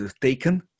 taken